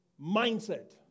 mindset